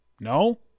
no